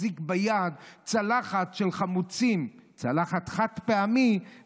מחזיק ביד צלחת של חמוצים, צלחת חד-פעמית,